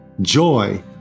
Joy